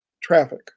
traffic